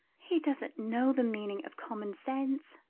he doesn't know the meaning of common sense,